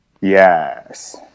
Yes